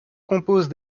compose